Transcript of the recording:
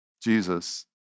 Jesus